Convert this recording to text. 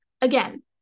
again